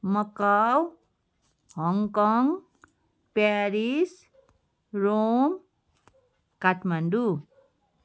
Macau Hong Kong Paris Rome Kathmandu